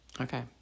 okay